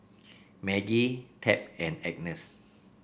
Maggie Tab and Agness